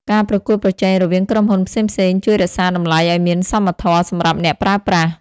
ការប្រកួតប្រជែងរវាងក្រុមហ៊ុនផ្សេងៗជួយរក្សាតម្លៃឱ្យមានសមធម៌សម្រាប់អ្នកប្រើប្រាស់។